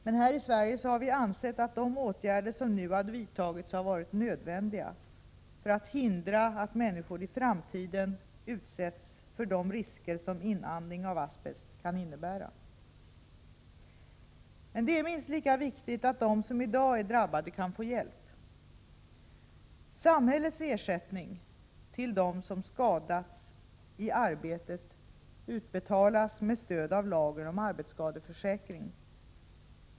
Men här i Sverige har vi ansett att de åtgärder som nu har vidtagits har varit nödvändiga för att hindra att människor i framtiden utsätts för de risker som inandning av asbest kan innebära. Men det är minst lika viktigt att de som i dag är drabbade kan få hjälp. Samhällets ersättning till dem som skadats i arbetet utbetalas med stöd av lagen om arbetsskadeförsäkring.